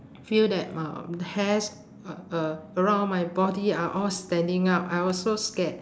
feel that um the hairs a~ uh around my body are all standing up I was so scared